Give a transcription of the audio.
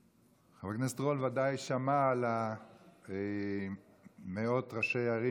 חבר הכנסת רול ודאי שמע על מאות ראשי ערים